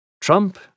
Trump